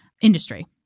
industry